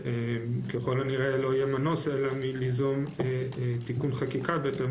ככל הנראה לא יהיה מנוס אלא מליזום תיקון חקיקה בהתאם